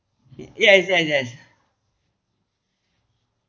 it yes yes yes